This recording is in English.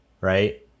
right